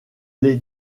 l’ai